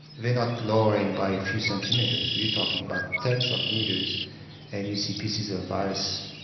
they're not lowering by a few centimetres, we are talking about tens of metres and you see pieces of ice,